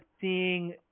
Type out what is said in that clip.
Seeing